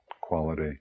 quality